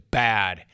bad